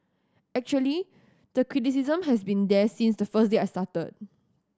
actually the criticism has been there since the first day I started